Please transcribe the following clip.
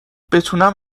بتونم